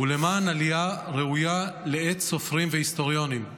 ולמען עלייה ראויה לעט סופרים והיסטוריונים".